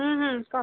ହୁଁ ହୁଁ କହ